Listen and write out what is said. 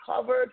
covered